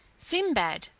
sinbad,